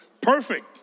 Perfect